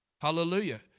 Hallelujah